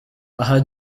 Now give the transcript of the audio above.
aha